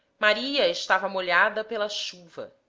maria estava molhada pela chuva,